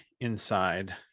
inside